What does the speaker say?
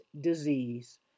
disease